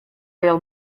reel